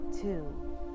two